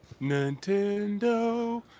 Nintendo